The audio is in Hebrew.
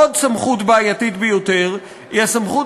עוד סמכות בעייתית ביותר היא הסמכות